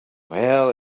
well